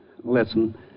listen